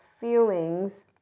feelings